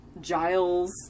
Giles